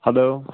hello